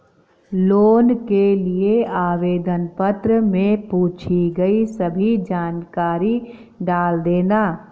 loan के लिए आवेदन पत्र में पूछी गई सभी जानकारी डाल देना